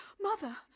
Mother